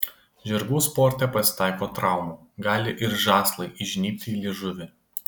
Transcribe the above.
žirgų sporte pasitaiko traumų gali ir žąslai įžnybti į liežuvį